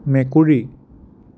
মেকুৰী